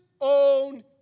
own